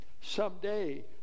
Someday